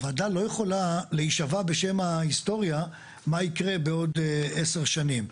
הוועדה לא יכולה להישבע בשם ההיסטוריה מה יקרה בעוד 10 שנים.